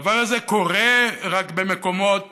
הדבר הזה קורה רק במקומות